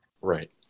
Right